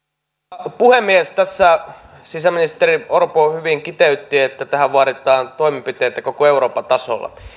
arvoisa puhemies tässä sisäministeri orpo hyvin kiteytti että tähän vaaditaan toimenpiteitä koko euroopan tasolla